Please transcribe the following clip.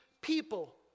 people